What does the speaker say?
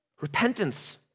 Repentance